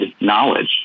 knowledge